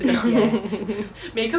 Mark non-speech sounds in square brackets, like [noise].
[laughs]